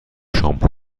شامپو